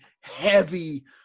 heavy